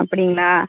அப்படிங்களா